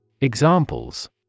Examples